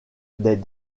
des